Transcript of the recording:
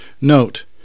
Note